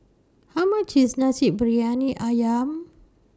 How much IS Nasi Briyani Ayam